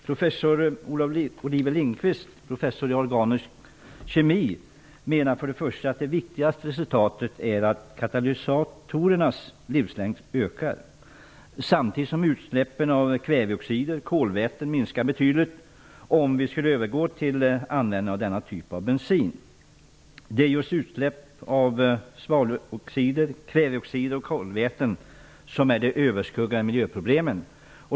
Professorn i organisk kemi, Oliver Lindqvist, menar att det viktigaste resultatet är att katalysatorernas livslängd ökar, samtidigt som utsläppen av kväveoxider och kolväte minskar betydligt, om vi skulle övergå till användningen av denna typ av bensin. Det är just utsläpp av svaveloxider, kväveoxider och kolväten som är de överskuggande miljöproblemen.